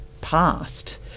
past